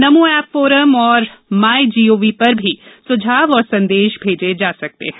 नमो app forum या MyGov पर भी सुझाव और संदेश भेजे जा सकते हैं